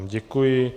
Děkuji.